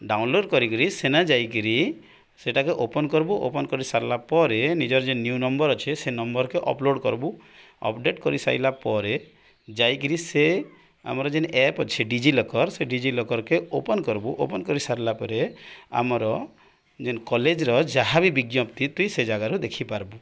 download କରିକିରି ସେନା ଯାଇକିରି ସେଟାକେ ଓପନ୍ କରିବୁ ଓପନ କରିସାରିଲା ପରେ ନିଜର ଯେନ୍ ନ୍ୟୁ ନମ୍ବର ଅଛ ସେ ନମ୍ବରକେ ଅପଲୋଡ଼ କରିବୁ ଅପଡ଼େଟ କରିସାଇଲା ପରେ ଯାଇକିରି ସେ ଆମର ଯେନ୍ ଆପ୍ ଅଛି ଡିଜିଲକର ସେ ଡିଜିଲକର୍କେ ଓପନ କରିବୁ ଓପନ କରିସାରିଲା ପରେ ଆମର ଯେନ୍ କଲେଜର ଯାହା ବି ବିଜ୍ଞପ୍ତି ତୁଇ ସେ ଜାଗାରୁ ଦେଖିପାର୍ବୁ